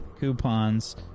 coupons